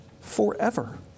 forever